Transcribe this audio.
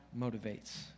motivates